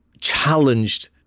challenged